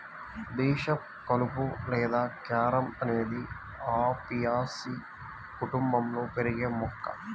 bishop కలుపు లేదా carom అనేది అపియాసి కుటుంబంలో పెరిగే మొక్క